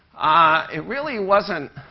ah it really wasn't